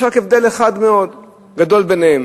יש רק הבדל אחד גדול מאוד ביניהם: